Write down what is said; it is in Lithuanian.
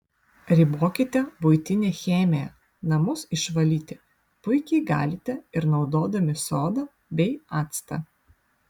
ribokite buitinę chemiją namus išvalyti puikiai galite ir naudodami sodą bei actą